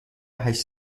هشت